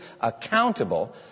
accountable